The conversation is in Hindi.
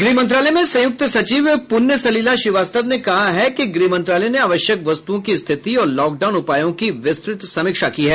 गृह मंत्रालय में संयुक्त सचिव पूण्य सलिला श्रीवास्तव ने कहा कि गृह मंत्रालय ने आवश्यक वस्तुओं की स्थिति और लॉकडाउन उपायों की विस्तृत समीक्षा की है